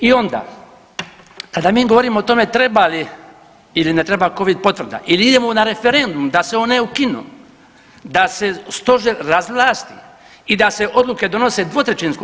I onda kada mi govorimo o tome treba li ili ne treba Covid potvrda ili idemo na referendum da se one ukinu, da se stožer razvlasti i da se odluke donose 2/